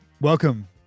Welcome